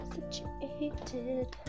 Situated